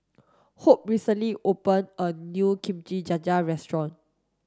Hope recently opened a new Kimchi Jjigae restaurant